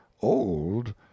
old